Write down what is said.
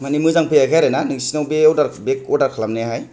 मानि मोजां फैयाखै आरो ना नोंसिनाव बे बेग अरदार खालामनाया हाय